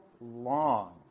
long